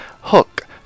Hook